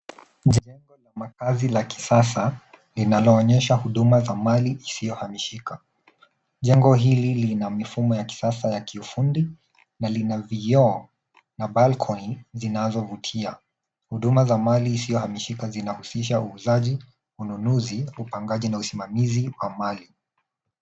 Jengo la makazi la kisasa linaloonyesha huduma za mali isiyohamishika, Jengo hili lina mifumo ya kisasa ya kiufundi na lina vioo na balcony zinazovutia. Huduma za mali isiyohamishika zinahusisha uuzaji, ununuzi, upangaji na usimamizi wa mali.